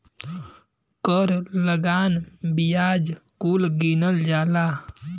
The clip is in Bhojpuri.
कर लगान बियाज कुल गिनल जाला